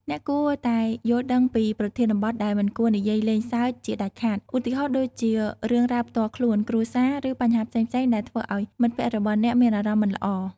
អ្នកគួរតែយល់ដឹងពីប្រធានបទដែលមិនគួរនិយាយលេងសើចជាដាច់ខាត ឧទាហរណ៍ដូចជារឿងរ៉ាវផ្ទាល់ខ្លួន គ្រួសារ ឬបញ្ហាផ្សេងៗដែលធ្វើឲ្យមិត្តភក្តិរបស់អ្នកមានអារម្មណ៍មិនល្អ។